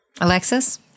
Alexis